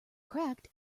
cracked